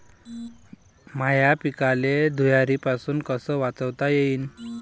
माह्या पिकाले धुयारीपासुन कस वाचवता येईन?